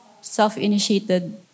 self-initiated